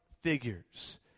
figures